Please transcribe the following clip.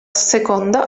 seconda